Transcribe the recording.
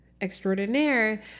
extraordinaire